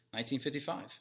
1955